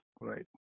right